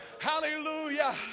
hallelujah